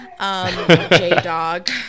J-Dog